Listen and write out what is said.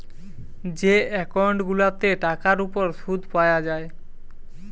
যে একউন্ট গুলাতে টাকার উপর শুদ পায়া যায়